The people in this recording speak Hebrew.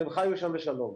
והם חיו שם בשלום.